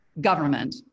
government